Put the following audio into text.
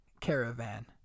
caravan